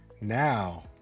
Now